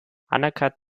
anerkannt